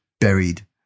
buried